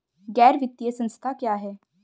गैर वित्तीय संस्था क्या है?